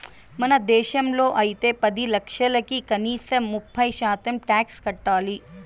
మన దేశంలో అయితే పది లక్షలకి కనీసం ముప్పై శాతం టాక్స్ కట్టాలి